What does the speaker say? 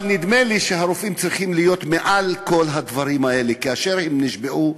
אבל נדמה לי שהרופאים צריכים להיות מעל כל הדברים האלה שכן הם נשבעו,